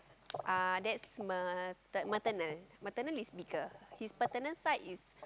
uh that's mater~ maternal maternal is bigger his paternal side is